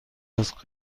است